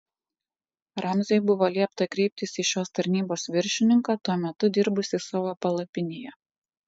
ramziui buvo liepta kreiptis į šios tarnybos viršininką tuo metu dirbusį savo palapinėje